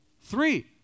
Three